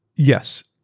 yes,